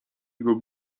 jego